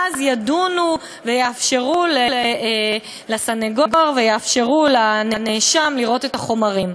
אז ידונו ויאפשרו לסנגור ויאפשרו לנאשם לראות את החומרים.